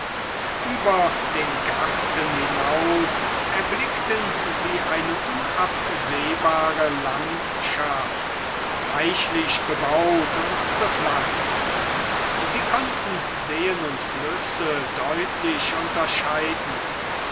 über den garten hinaus erblickten sie eine unabsehbare landschaft reichlich bebaut und bepflanzt sie konnten seen und flüsse deutlich unterscheiden